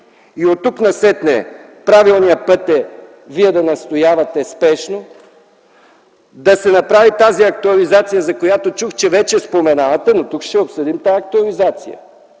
Оттук нататък правилният път е Вие да настоявате спешно да се направи тази актуализация, за която чух, че вече споменавате, но ще обсъдим тази актуализация